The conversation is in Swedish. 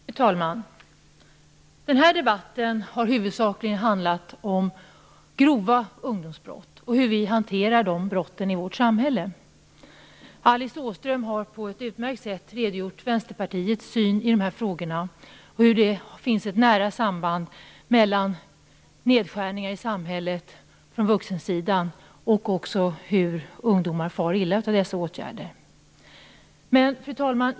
Fru talman! Den här debatten har huvudsakligen handlat om grova ungdomsbrott och hur vi hanterar de brotten i vårt samhälle. Alice Åström har på ett utmärkt sätt redogjort för Vänsterpartiets syn i de här frågorna och hur det finns ett nära samband mellan att vi från vuxenvärlden gör nedskärningar i samhället och att ungdomar far illa av dessa åtgärder. Fru talman!